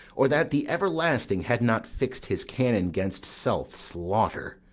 or that the everlasting had not fix'd his canon gainst self-slaughter!